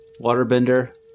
waterbender